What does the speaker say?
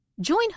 Join